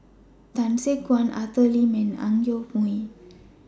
Tan Gek Suan Arthur Lim and Ang Yoke Mooi